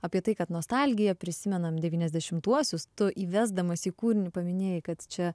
apie tai kad nostalgija prisimenam devyniasdešimtuosius tu įvesdamas į kūrinį paminėjai kad čia